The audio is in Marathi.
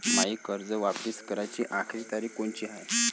मायी कर्ज वापिस कराची आखरी तारीख कोनची हाय?